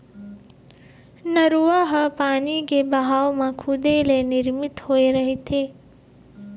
नरूवा ह पानी के बहाव म खुदे ले निरमित होए रहिथे